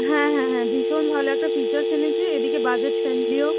হ্যাঁ হ্যাঁ হ্যাঁ ভীষণ ভালো একটা ফিচার্স এনেছে এদিকে বাজেট ফ্রেন্ডলিও